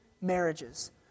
marriages